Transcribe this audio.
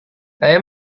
saya